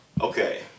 Okay